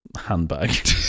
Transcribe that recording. handbag